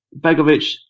Begovic